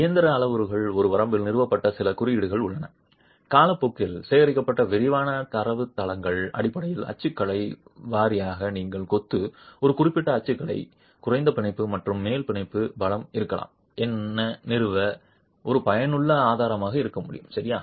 இயந்திர அளவுருக்கள் ஒரு வரம்பில் நிறுவப்பட்ட சில குறியீடுகள் உள்ளன காலப்போக்கில் சேகரிக்கப்பட்ட விரிவான தரவுத்தளங்கள் அடிப்படையில் அச்சுக்கலை வாரியாக நீங்கள் கொத்து ஒரு குறிப்பிட்ட அச்சுக்கலை குறைந்த பிணைப்பு மற்றும் மேல் பிணைப்பு பலம் இருக்கலாம் என்ன நிறுவ ஒரு பயனுள்ள ஆதாரமாக இருக்க முடியும் சரியா